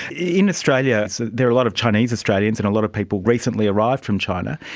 in australia there are a lot of chinese australians and a lot of people recently arrived from china.